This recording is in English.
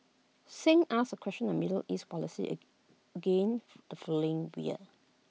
Singh asked A question on middle east policies again the following year